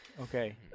Okay